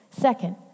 Second